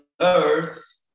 earth